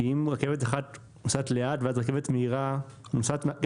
כי אם רכבת אחת נוסעת לאט ואז רכבת מהירה נוסעת אחריה גם